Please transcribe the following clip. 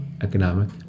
economic